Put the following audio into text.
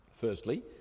Firstly